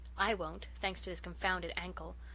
i won't thanks to this confounded ankle.